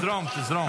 תזרום, תזרום.